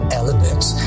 elements